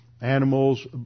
Animals